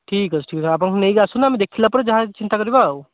ଠିକ୍ ଅଛି ଠିକ୍ ଅଛି ଆପଣ ନେଇକି ଆସନ୍ତୁ ଆମେ ଦେଖିଲା ପରେ ଯାହା ଚିନ୍ତା କରିବା ଆଉ